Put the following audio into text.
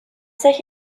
sich